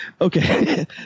okay